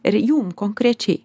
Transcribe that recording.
ir jum konkrečiai